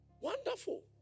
Wonderful